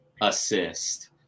assist